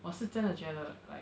我是真的觉得 like